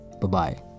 Bye-bye